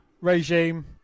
regime